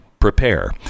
prepare